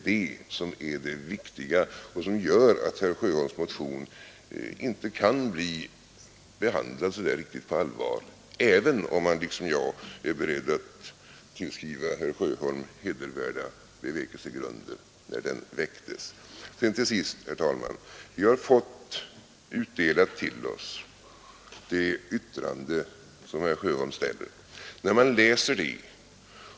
Det är det viktiga, och det är därför herr Sjöholms motion inte kan bli Onsdagen den behandlad riktigt på allvar, även om man liksom jag är beredd att I5ätveriberl972 tillskriva herr Sjöholm hedervärda bevekelsegrunder. Till sist, herr talman: Vi har fått utdelat till oss det yrkande som herr Sjöholm framställer.